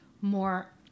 more